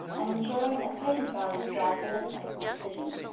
and ensuring that patient values guide all clinical decisions.